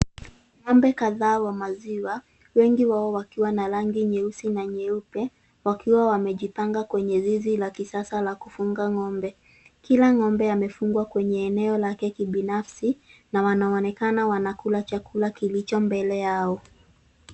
Ng'ombe kadhaa wa maziwa wengi wao wakiwa na rangi nyeusi na nyeupe wakiwa wamejipanga kwenye zizi la kisasa la kufunga ng'ombe. Kila ng'ombe amefungwa kwenye eneo lake kibinafsi na wanaonekana wanakula chakula kilicho mbele yao.